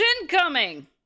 incoming